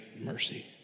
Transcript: mercy